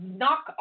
knock